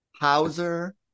Hauser